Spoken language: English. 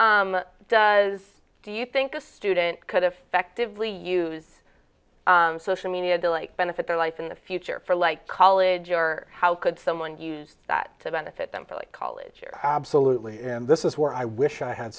does do you think a student could effectively use social media to like benefit their life in the future for like college or how could someone use that to benefit them to like college absolutely and this is where i wish i had